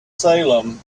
salem